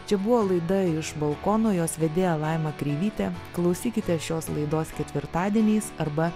čia buvo laida iš balkono jos vedėja laima kreivytė klausykite šios laidos ketvirtadieniais arba